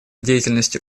деятельности